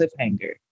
cliffhanger